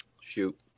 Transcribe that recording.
Shoot